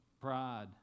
pride